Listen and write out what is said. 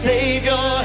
Savior